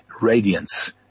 radiance